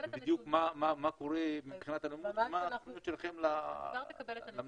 ומה התוכנית שלכם למניעה.